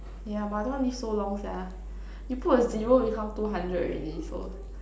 yeah but I don't want to live so long sia you put a zero become two hundred already so